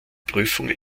prüfung